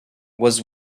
was